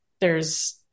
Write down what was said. there's-